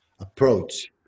approach